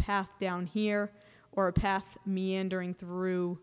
path down here or a path meandering through